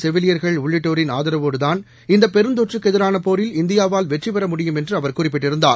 செவிலியர்கள் உள்ளிட்டோரின் மருத்துவர்கள் ஆதரவோடுகான் இந்தபெருந்தொற்றுக்குஎதிரானபோரில் இந்தியாவால் வெற்றிபெற முடியும் என்றுஅவர் குறிப்பிட்டிருந்தார்